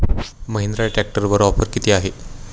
महिंद्रा ट्रॅक्टरवर ऑफर किती आहे?